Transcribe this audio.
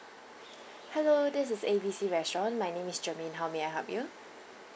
hello this is A B C restaurant my name is germaine how may I help you